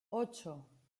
ocho